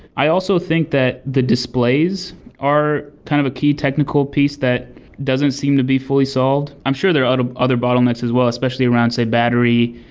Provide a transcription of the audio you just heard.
i also think that the displays are kind of a key technical piece that doesn't seem to be fully solved. i'm sure there are other bottlenecks as well, especially around say battery.